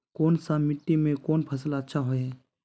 कोन सा मिट्टी में कोन फसल अच्छा होय है?